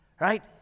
Right